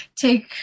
take